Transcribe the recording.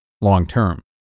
long-term